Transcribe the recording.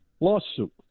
lawsuit